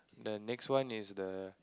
the next one is the